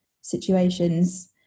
situations